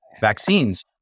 vaccines